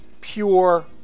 pure